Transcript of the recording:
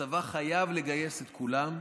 הצבא חייב לגייס את כולם,